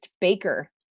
Baker